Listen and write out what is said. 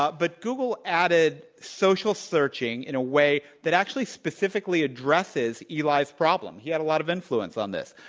but but google added social searching in a way that actually specifically addresses eli's problem. he had a lot of influence on this.